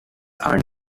are